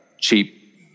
cheap